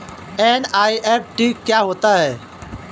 NEFT क्या होता है?